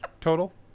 total